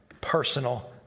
personal